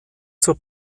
zur